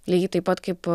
lygiai taip pat kaip